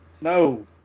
No